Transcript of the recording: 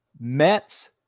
Mets